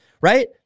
right